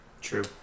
True